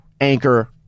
anchor